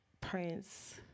Prince